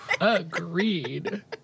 Agreed